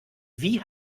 wie